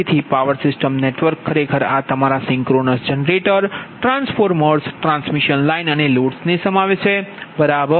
તેથી power system network ખરેખર તમારા synchronous generator transformers transmission line અને લોડ્સને સમાવે છે બરાબર